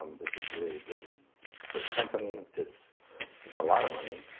um this is really good for his company. it's a lot of money.